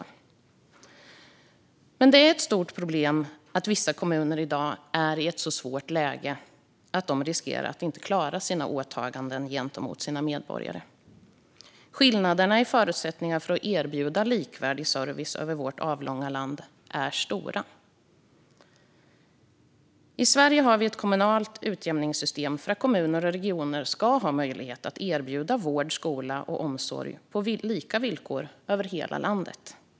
Däremot är det ett stort problem att vissa kommuner i dag är i ett så svårt läge att de riskerar att inte klara sina åtaganden gentemot sina medborgare. Skillnaderna i förutsättningar för att erbjuda likvärdig service över hela vårt avlånga land är stora. I Sverige har vi ett kommunalt utjämningssystem för att kommuner och regioner ska ha möjlighet att erbjuda vård, skola och omsorg på lika villkor över hela landet.